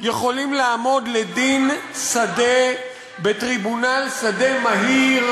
יכולים לעמוד לדין שדה, בטריבונל שדה מהיר,